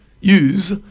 use